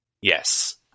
yes